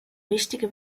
wichtige